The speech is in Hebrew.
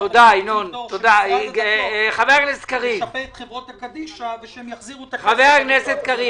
כדאי --- נשפה את חברות קדישא ושהם יחזירו את --- חבר הכנסת קריב.